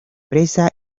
presa